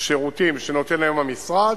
שירותים שנותן להם המשרד,